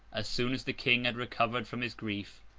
as soon as the king had recovered from his grief,